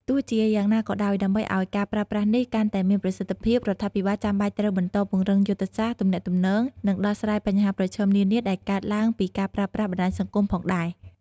ទោះជាយ៉ាងណាក៏ដោយ ដើម្បីឱ្យការប្រើប្រាស់នេះកាន់តែមានប្រសិទ្ធភាព រដ្ឋាភិបាលចាំបាច់ត្រូវបន្តពង្រឹងយុទ្ធសាស្ត្រទំនាក់ទំនង និងដោះស្រាយបញ្ហាប្រឈមនានាដែលកើតឡើងពីការប្រើប្រាស់បណ្ដាញសង្គមផងដែរ។